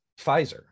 pfizer